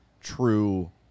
true